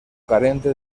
carente